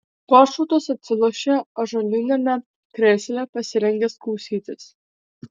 goštautas atsilošė ąžuoliniame krėsle pasirengęs klausytis